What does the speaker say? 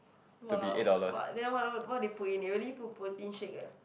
!wah! what then what what what they put in they really put protein shake ah